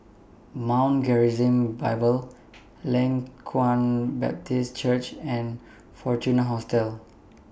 Mount Gerizim Bible Leng Kwang Baptist Church and Fortuna Hotel